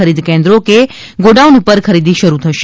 ખરીદ કેન્દ્રો કે ગોડાઉન પર ખરીદી શરૂ થશે